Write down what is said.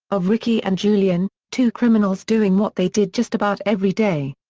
of ricky and julian, two criminals doing what they did just about every day.